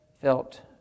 felt